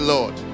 Lord